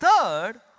Third